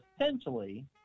essentially